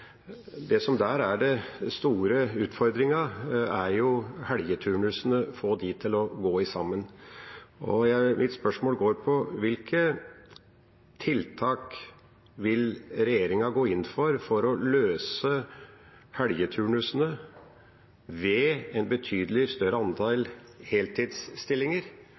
Det som er den store utfordringen der, er helgeturnusene og å få dem til å gå opp. Mitt spørsmål er: Hvilke tiltak vil regjeringen gå inn for for å løse helgeturnusene ved en betydelig større andel heltidsstillinger,